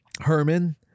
Herman